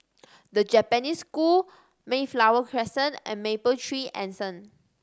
The Japanese School Mayflower Crescent and Mapletree Anson